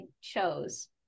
chose